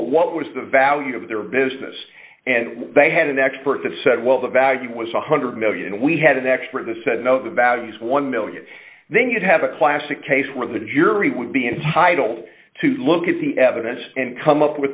well what was the value of their business and they had an expert that said well the value was one hundred million we had an expert the said no values one million then you'd have a classic case where the jury would be entitled to look at the evidence and come up